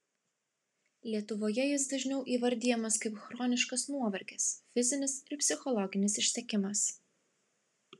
lietuvoje jis dažniau įvardijamas kaip chroniškas nuovargis fizinis ir psichologinis išsekimas